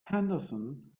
henderson